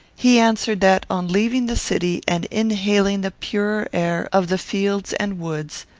he answered that, on leaving the city and inhaling the purer air of the fields and woods,